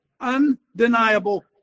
undeniable